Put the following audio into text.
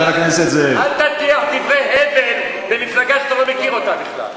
אל תטיח דברי הבל במפלגה שאתה לא מכיר בכלל.